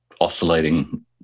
oscillating